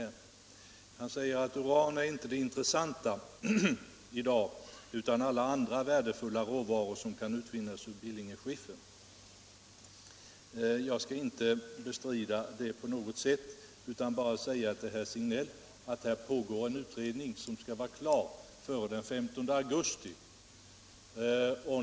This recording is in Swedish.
Herr Signell säger att uran inte är det intressanta i dag utan alla andra värdefulla råvaror som kan utvinnas ur Billingenskiffern. Jag skall inte bestrida det på något sätt, utan bara säga till herr Signell att det pågår en utredning som skall vara klar före den 15 augusti.